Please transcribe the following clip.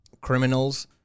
criminals